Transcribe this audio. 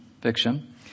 fiction